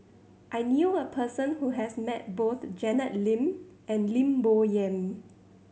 I knew a person who has met both Janet Lim and Lim Bo Yam